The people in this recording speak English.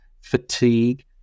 fatigue